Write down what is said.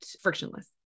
frictionless